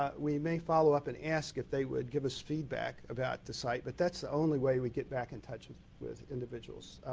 ah we may follow-up and ask if they would give us feedback about the site but that is the only way we get back in touch with individuals.